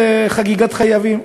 זה חגיגת חייבים.